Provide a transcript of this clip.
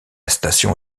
station